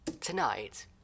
tonight